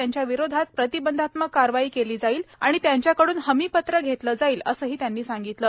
त्यांच्याविरोधात प्रतिबंधात्मक कारवाई केली जाईल आणि त्यांच्याकडून हमीपत्र घेतले जाईल असं त्यांनी सांगितलं